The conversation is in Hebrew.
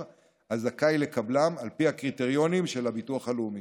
הזכאי לקבלם על פי הקריטריונים של הביטוח הלאומי.